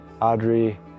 Audrey